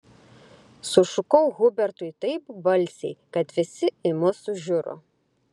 sušukau hubertui taip balsiai kad visi į mus sužiuro